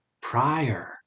prior